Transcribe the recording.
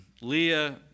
Leah